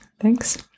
Thanks